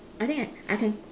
I think I I can